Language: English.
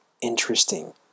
interesting